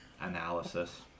Analysis